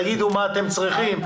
תגידו מה אתם צריכים,